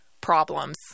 problems